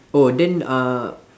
oh then uh